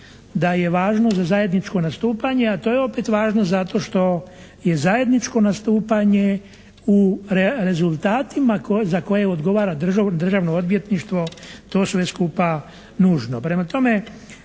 da je važno za zajedničko nastupanje, a to je opet važno zato što je zajedničko nastupanje u rezultatima za koje odgovara Državno odvjetništvo to sve skupa nužno.